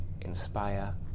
inspire